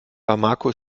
bamako